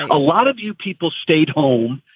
a lot of you people stayed home.